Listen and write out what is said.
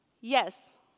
Yes